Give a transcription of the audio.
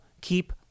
keep